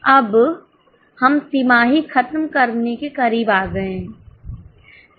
अब हम तिमाही खत्म करने के करीब आ गए है